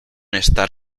estar